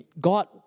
God